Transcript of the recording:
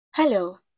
Hello